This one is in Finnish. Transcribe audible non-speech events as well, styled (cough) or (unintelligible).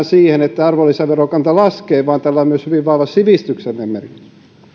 (unintelligible) siihen että arvonlisäverokanta laskee vaan tällä on myös hyvin vahva sivistyksellinen